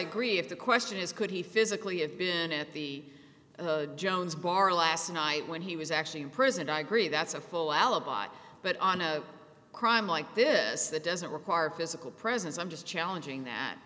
agree if the question is could he physically have been at the jones bar last night when he was actually in prison i agree that's a full alibi but on a crime like this that doesn't require physical presence i'm just challenging that